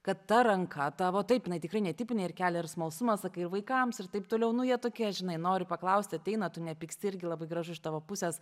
kad ta ranka tavo taip jinai tikrai netipinė ir kelia ir smalsumą sakai ir vaikams ir taip toliau nu jie tokie žinai nori paklaust ateina tu nepyksti irgi labai gražu iš tavo pusės